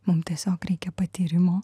mum tiesiog reikia patyrimo